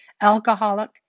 alcoholic